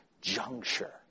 juncture